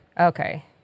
Okay